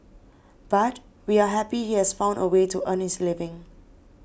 but we are happy he has found a way to earn his living